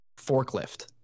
forklift